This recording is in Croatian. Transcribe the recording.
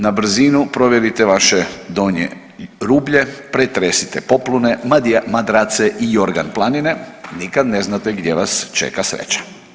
Na brzinu provjerite vaše donje rublje, pretresite poplune, madrace i jorgan planine nikad ne znate gdje vas čeka sreća.